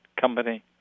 company